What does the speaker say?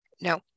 No